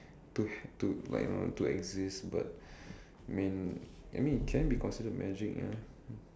to to like you know to exist but I mean I mean it can be considered magic ah